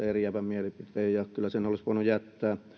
eriävän mielipiteen ja kyllä sen olisi voinut jättää